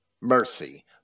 mercy